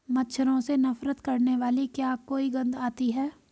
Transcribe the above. मच्छरों से नफरत करने वाली क्या कोई गंध आती है?